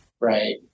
right